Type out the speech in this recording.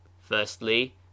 firstly